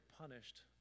punished